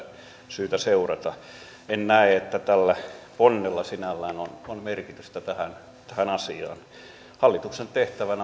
syytä seurata en näe että tällä ponnella sinällään on on merkitystä tähän asiaan hallituksen tehtävänä